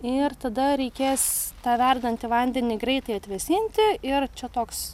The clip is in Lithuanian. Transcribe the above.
ir tada reikės tą verdantį vandenį greitai atvėsinti ir čia toks